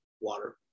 water